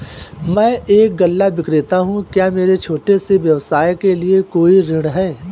मैं एक गल्ला विक्रेता हूँ क्या मेरे छोटे से व्यवसाय के लिए कोई ऋण है?